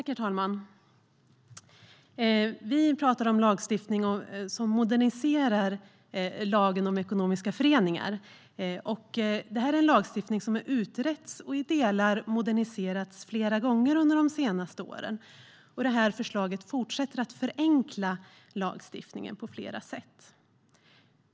Herr talman! Vi talar om en modernisering av lagen om ekonomiska föreningar. Det är en lagstiftning som har utretts och i delar moderniserats flera gånger under de senaste åren. Det aktuella förslaget fortsätter att förenkla lagstiftningen på flera sätt.